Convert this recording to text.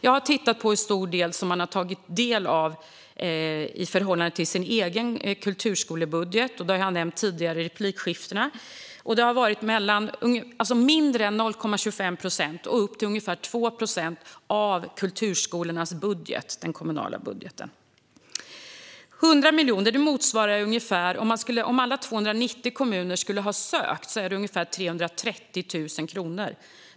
Jag har tittat på hur stor del man har tagit del av i förhållande till den egna kulturskolebudgeten. Det har jag nämnt i tidigare replikskiften. Det varierar från mindre än 0,25 procent upp till ungefär 2 procent av kulturskolornas kommunala budget. Om alla 290 kommuner skulle söka motsvarar de 100 miljonerna ungefär 330 000 kronor per kommun.